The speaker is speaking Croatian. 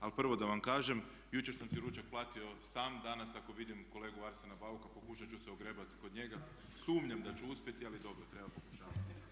Ali prvo da vam kažem jučer sam si ručak platio sam, danas ako vidim kolegu Arsena Bauka pokušat ću se ogrebati kod njega, sumnjam da ću uspjeti ali dobro treba pokušavati.